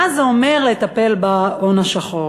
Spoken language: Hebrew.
מה זה אומר, לטפל בהון השחור?